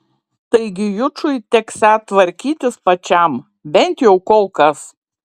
taigi jučui teksią tvarkytis pačiam bent jau kol kas